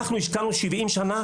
אנחנו השקענו מיליונים ב-70 שנים,